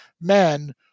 men